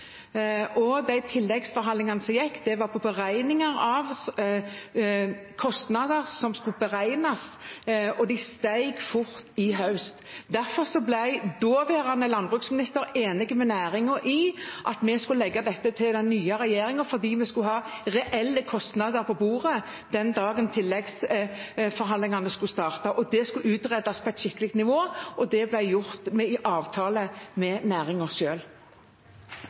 De tilleggsforhandlingene som var, gjaldt kostnader som skulle beregnes, og de steg fort i høst. Derfor ble daværende landbruksminister enig med næringen om at vi skulle legge dette til den nye regjeringen fordi vi skulle ha reelle kostnader på bordet den dagen tilleggsforhandlingene skulle starte. Det skulle utredes på et skikkelig nivå. Det ble gjort etter avtale med